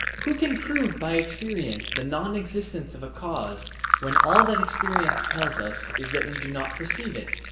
who can prove by experience the non-existence of a cause when all that experience tells us is that we do not perceive it?